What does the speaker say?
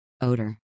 odor